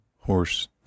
horse